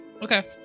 Okay